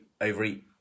overeat